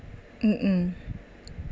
mm